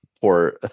poor